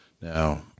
Now